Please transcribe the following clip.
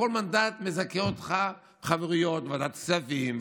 כל מנדט מזכה אותך בחברויות בוועדת כספים,